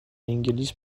انگلیس